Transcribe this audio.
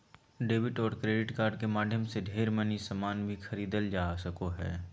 debit और credit card के माध्यम से ढेर मनी सामान भी खरीदल जा सको हय